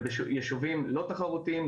ובישובים לא תחרותיים,